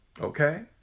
okay